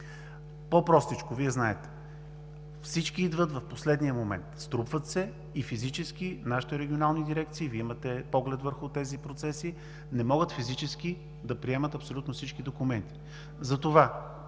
декември. Вие знаете, всички идват в последния момент, струпват се и физически нашите регионални дирекции – Вие имате поглед върху тези процеси, не могат да приемат абсолютно всички документи. Затова